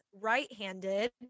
right-handed